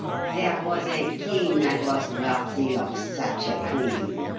there was a king that was worthy of such a queen.